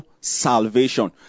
salvation